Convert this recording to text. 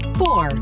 four